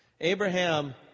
Abraham